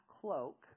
cloak –